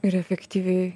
ir efektyviai